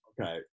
Okay